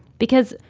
because,